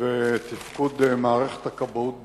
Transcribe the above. ותפקוד מערכת הכבאות בכלל,